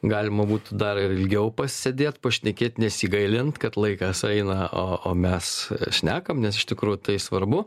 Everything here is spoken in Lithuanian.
galima būtų dar ilgiau pasėdėt pašnekėt nesigailint kad laikas eina o o mes šnekam nes iš tikrųjų tai svarbu